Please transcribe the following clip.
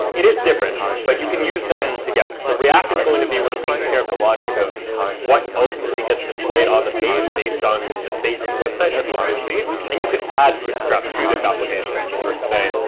it is different, but you can use them together. so react is going to be what's taking care of the logic of like what ultimately gets displayed on the page based on the state of the website, as we'll soon see, and you could add bootstrap to this application in order to say,